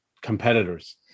competitors